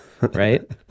right